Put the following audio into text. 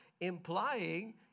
implying